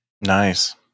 Nice